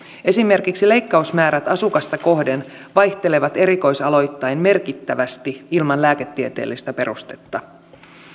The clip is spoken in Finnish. esimerkiksi leikkausmäärät asukasta kohden vaihtelevat erikoisaloittain merkittävästi ilman lääketieteellistä perustetta